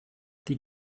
die